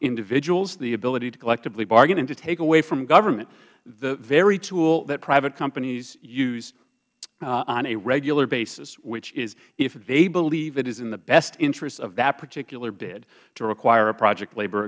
individuals the ability to collectively bargain and to take away from government the very tool that private companies use on a regular basis which is if they believe that it is in the best interest of that particular bid to require a project labor